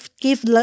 give